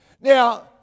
Now